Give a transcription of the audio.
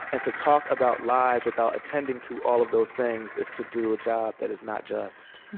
and to talk about lives without attending to all of those things is to do a job that is not just